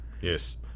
Yes